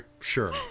sure